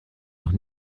noch